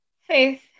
Faith